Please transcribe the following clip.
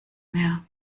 mehr